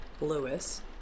Lewis